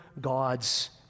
God's